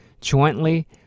jointly